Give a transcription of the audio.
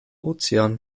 ozean